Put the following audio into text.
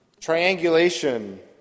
Triangulation